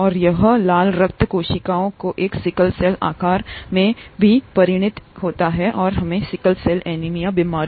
और यह लाल रक्त कोशिकाओं के एक सिकल सेल आकार में भी परिणत होता है और बीमारी